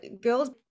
girls